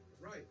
right